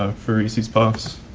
ah for reese's puffs.